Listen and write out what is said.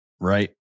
Right